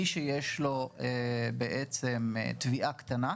מי שיש לו בעצם תביעה קטנה,